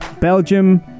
Belgium